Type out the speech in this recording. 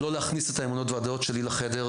אני מאוד מנסה לא להכניס את האמונות והדעות שלי לחדר,